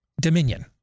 Dominion